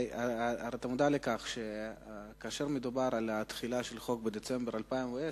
מודע לכך שכאשר מדובר על תחילה של חוק בדצמבר 2010,